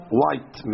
white